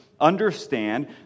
understand